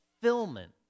fulfillment